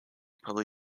publicly